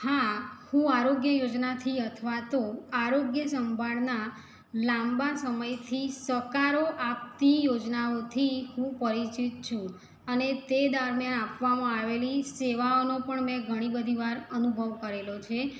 હા હું આરોગ્ય યોજનાથી અથવા તો આરોગ્ય સંભાળના લાંબા સમયથી સહકારો આપતી યોજનાઓથી હું પરિચિત છું અને તે દરમિયાન આપવામાં આવેલી સેવાઓનો પણ મેં ઘણી બધી વાર અનુભવ કરેલો છે